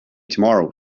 tomorrow